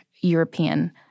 European